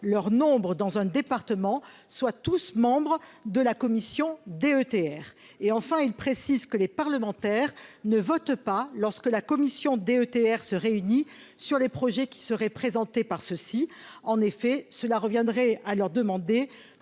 leur nombres dans un département soit tous membres de la commission DETR et enfin, il précise que les parlementaires ne vote pas, lorsque la commission DETR se réunit sur les projets qui serait présenté par ceux-ci, en effet, cela reviendrait à leur demander